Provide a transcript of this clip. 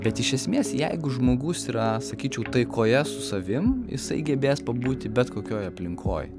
bet iš esmės jeigu žmogus yra sakyčiau taikoje su savim jisai gebės pabūti bet kokioj aplinkoj